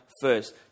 first